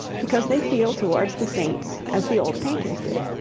because they feel towards the saints as the old painters did.